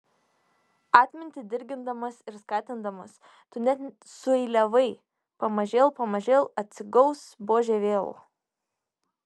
atmintį dirgindamas ir skatindamas tu net sueiliavai pamažėl pamažėl atsigaus buožė vėl